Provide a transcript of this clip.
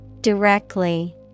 Directly